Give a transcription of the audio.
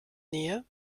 nähe